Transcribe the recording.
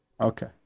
Okay